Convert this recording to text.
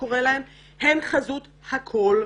הן חזות הכול.